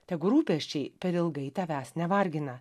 tegu rūpesčiai per ilgai tavęs nevargina